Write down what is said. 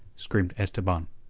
screamed esteban.